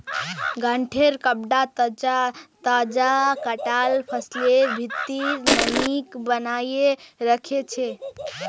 गांठेंर कपडा तजा कटाल फसलेर भित्रीर नमीक बनयें रखे छै